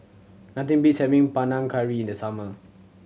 nothing beats having Panang Curry in the summer